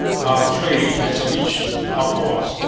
our trade has reached our ports,